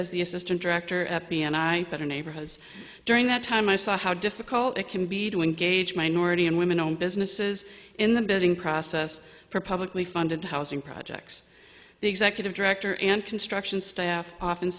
as the assistant director at b and i better neighborhoods during that time i saw how difficult it can be to engage minority and women owned businesses in the bidding process for publicly funded housing projects the executive director and construction staff often